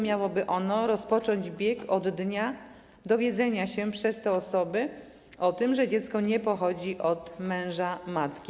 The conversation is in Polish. Miałby on biec od dnia dowiedzenia się przez te osoby o tym, że dziecko nie pochodzi od męża matki.